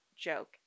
joke